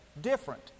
Different